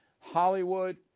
hollywood